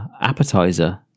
appetizer